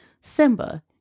Simba